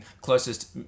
closest